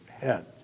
head